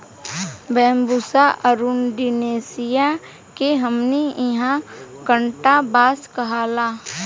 Bambusa एरुण्डीनेसीया के हमनी इन्हा कांटा बांस कहाला